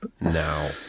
now